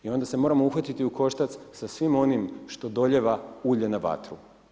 I onda se moramo uhvatiti u koštac s svim onim što dolijeva ulje na vatru.